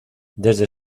desde